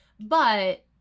But-